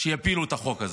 שיפילו את החוק הזה.